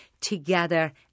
together